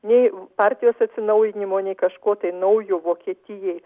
nei partijos atsinaujinimo nei kažko naujo vokietijai